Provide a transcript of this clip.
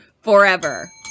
forever